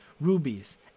rubies